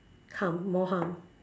harm more harm